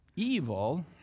evil